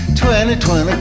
2020